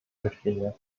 richtlinie